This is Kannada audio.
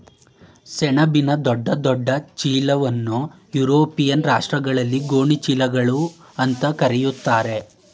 ಸೆಣಬಿನ ದೊಡ್ಡ ದೊಡ್ಡ ಚೀಲನಾ ಯುರೋಪಿಯನ್ ರಾಷ್ಟ್ರಗಳಲ್ಲಿ ಗೋಣಿ ಚೀಲಗಳು ಅಂತಾ ಕರೀತಾರೆ